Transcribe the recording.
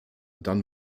dann